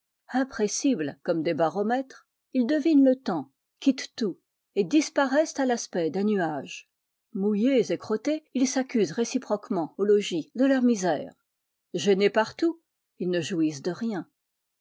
comme des baromètres ils devinent le temps quittent tout et disparaissent à l'aspect d'un nuage mouillés et crottés ils s'accusent réciproquement au logis de leurs misères gênés partout ils ne jouissent de rien